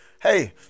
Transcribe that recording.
hey